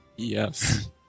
yes